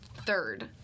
third